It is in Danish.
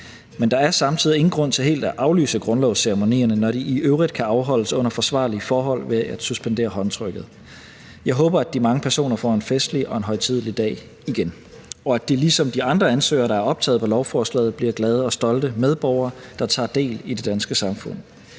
Men der er samtidig ingen grund til helt at aflyse grundlovsceremonierne, når de i øvrigt kan afholdes under forsvarlige forhold ved at suspendere håndtrykket. Jeg håber, at de mange personer får en festlig og en højtidelig dag igen, og at de ligesom de andre ansøgere, der er optaget på lovforslaget, bliver glade og stolte medborgere, der tager del i det danske samfund.